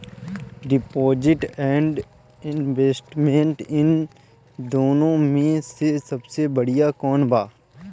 Deposit and investment इन दुनो मे से सबसे बड़िया कौन बा?